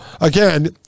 again